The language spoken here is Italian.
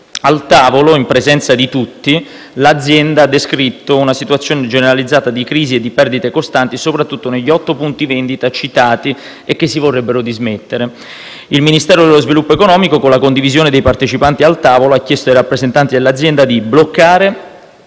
Al tavolo, in presenza di tutti, l'azienda ha descritto una situazione generalizzata di crisi e di perdite costanti soprattutto negli otto punti vendita citati, che si vorrebbero dismettere. Il Ministro dello sviluppo economico, con la condivisione dei partecipanti al tavolo, ha chiesto ai rappresentanti dell'azienda di bloccare